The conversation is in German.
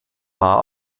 war